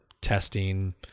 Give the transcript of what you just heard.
testing